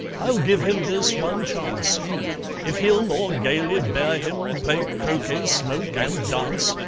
i'll give him this one chance if he'll more gaily bear him, play croquet, smoke, and dance,